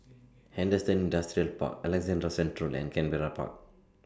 Henderson Industrial Park Alexandra Central and Canberra Park